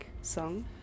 song